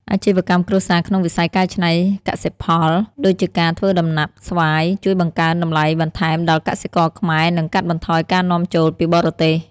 អាជីវកម្មគ្រួសារក្នុងវិស័យកែច្នៃកសិផល ដូចជាការធ្វើដំណាប់ស្វាយ ជួយបង្កើនតម្លៃបន្ថែមដល់កសិករខ្មែរ និងកាត់បន្ថយការនាំចូលពីបរទេស។